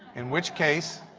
in which case,